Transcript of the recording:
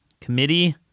Committee